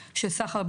שלום, חברת הכנסת בזק.